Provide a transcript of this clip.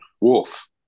wolf